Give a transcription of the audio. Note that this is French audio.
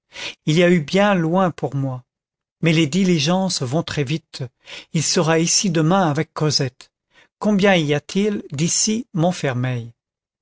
il y a eu bien loin pour moi mais les diligences vont très vite il sera ici demain avec cosette combien y a-t-il d'ici montfermeil